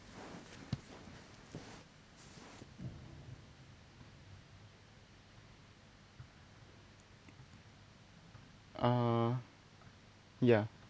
ah yeah